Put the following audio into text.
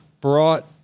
brought